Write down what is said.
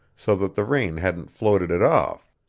so that the rain hadn't floated it off.